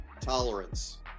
tolerance